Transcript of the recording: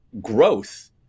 growth